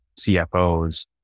CFOs